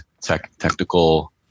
technical